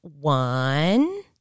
One